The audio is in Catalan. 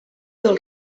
del